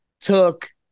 took